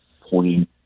pointing